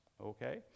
Okay